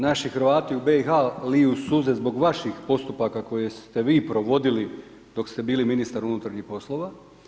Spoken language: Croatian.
Naši Hrvati u BiH liju suze zbog vaših postupaka koje ste vi provodili dok ste bili ministar unutarnjih poslova.